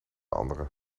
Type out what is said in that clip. andere